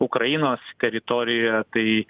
ukrainos teritorijoje tai